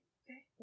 okay